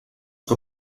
que